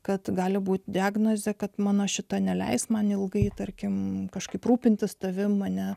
kad gali būti diagnozė kad mano šita neleisk man ilgai tarkim kažkaip rūpintis tavimi mane